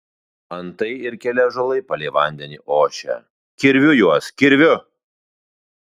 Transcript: antai ir keli ąžuolai palei vandenį ošia kirviu juos kirviu